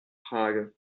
frage